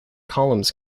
columns